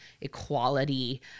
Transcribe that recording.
equality